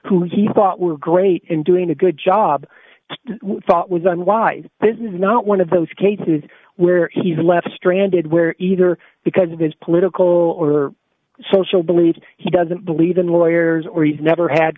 who he thought were great in doing a good job thought was unwise this is not one of those cases where he's left stranded where either because of his political or social believes he doesn't believe in lawyers or you never had